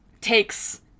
takes